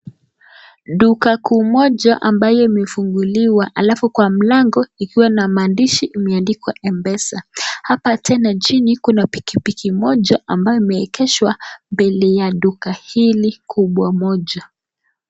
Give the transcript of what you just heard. Duka kuu moja ambayo imefunguliwa alafu kwa mlango ikiwa na maandishi imeandikwa M Pesa, hapa tena chini kuna pikipiki moja ambayo imeegeshwa mbele ya duka hili kubwa moja.